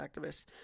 activists